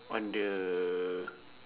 on the